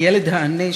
הילד העני,